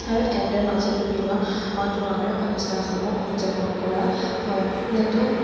আৰু এনেদৰে মাজুলীৰ বিভিন্ন ধৰ্মীয় অনুষ্ঠানসমূহ উদযাপন কৰা হয় যিহেতু